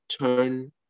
turn